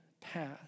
path